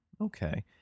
Okay